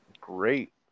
great